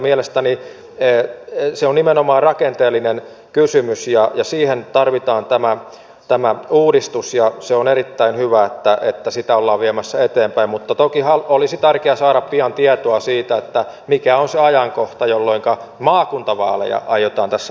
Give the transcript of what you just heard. mielestäni se on nimenomaan rakenteellinen kysymys ja siihen tarvitaan tämä uudistus ja on erittäin hyvä että sitä ollaan viemässä eteenpäin mutta toki olisi tärkeää saada pian tietoa siitä mikä on se ajankohta jolloinka maakuntavaaleja aiotaan tässä maassa käydä